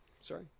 Sorry